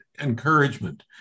encouragement